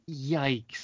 yikes